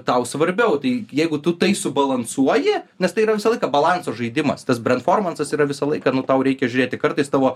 tau svarbiau tai jeigu tu tai subalansuoji nes tai yra visą laiką balanso žaidimas tas brentformansas yra visą laiką nu tau reikia žiūrėti kartais tavo